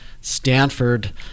Stanford